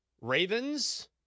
Ravens